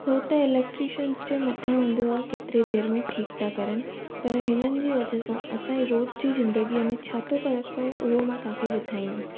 उहो त इलैक्ट्रिशंस जे मथां हूंदो केतिरी देरि में ठीकु था करनि पर हिननि जी वजह सां असांजी रोज़ जी ज़िंदगीअ में छा थो फ़र्क़ु पए उहो मां तव्हांखे ॿुधाईंदमि